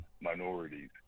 minorities